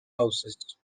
houses